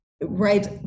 right